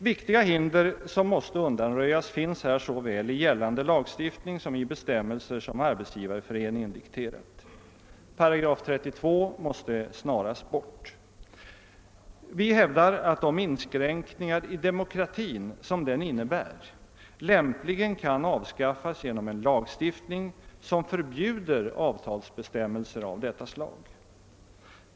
Viktiga hinder, som måste undanröjas, finns såväl i gällande lagstiftning som i bestämmelser som Arbetsgivareföreningen dikterat. § 32 måste snarast bort. Vi hävdar att de inskränkningar i demokratin som den innebär lämpligen kan avskaffas genom en lagstiftning som förbjuder avtalsbestämmelser av detta slag.